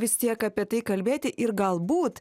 vis tiek apie tai kalbėti ir galbūt